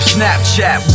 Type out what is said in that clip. Snapchat